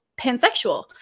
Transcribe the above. pansexual